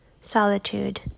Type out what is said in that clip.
solitude